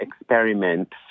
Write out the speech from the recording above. experiment